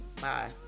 Bye